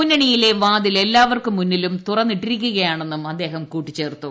മുന്നണിയിലെ വാതിൽ എല്ലാവർക്കു മുന്നിലും തുറന്നിട്ടിരിക്കുകയാണെന്നും അദ്ദേഹം കൂട്ടിച്ചേർത്തു